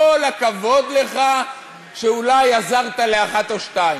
כל הכבוד לך שאולי עזרת לאחת או שתיים.